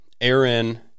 Aaron